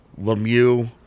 Lemieux